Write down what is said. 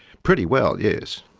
pretty well, yes.